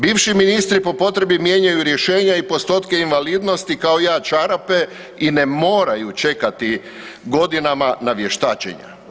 Bivši ministri po potrebi mijenjaju rješenja i postotke invalidnosti, kao ja čarape, i ne moraju čekati godinama na vještačenje.